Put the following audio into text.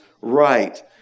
right